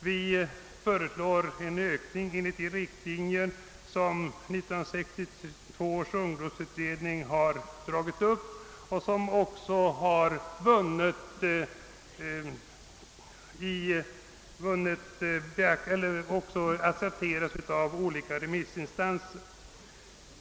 Vi föreslår en ökning enligt de riktlinjer som 1962 års ungdomsutredning dragit upp och som accepterats av olika remissinstanser.